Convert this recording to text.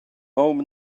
home